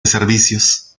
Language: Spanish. servicios